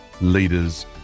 leaders